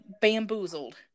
bamboozled